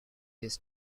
this